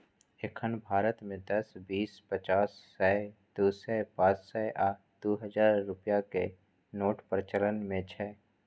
एखन भारत मे दस, बीस, पचास, सय, दू सय, पांच सय आ दू हजार रुपैया के नोट प्रचलन मे छै